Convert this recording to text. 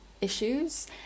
issues